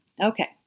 Okay